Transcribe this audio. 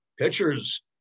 pitchers